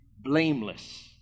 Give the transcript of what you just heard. blameless